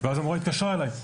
ואז המורה התקשרה אליי.